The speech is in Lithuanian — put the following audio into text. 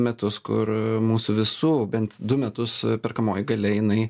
metus kur mūsų visų bent du metus perkamoji galia jinai